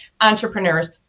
entrepreneurs